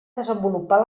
desenvolupar